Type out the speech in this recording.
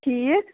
ٹھیٖک